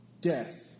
death